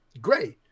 great